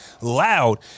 loud